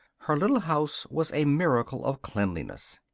her little house was a miracle of cleanliness.